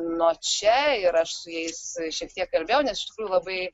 nuo čia ir aš su jais šiek tiek kalbėjau nes iš tikrųjų labai